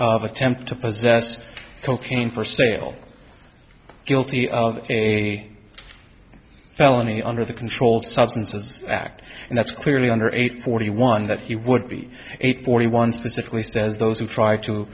of attempt to possess cocaine for sale guilty of a felony under the controlled substances act and that's clearly under age forty one that he would be a forty one specifically says those who try to